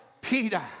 Peter